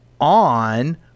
on